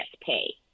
pay